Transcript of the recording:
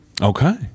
Okay